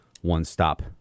one-stop